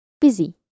busy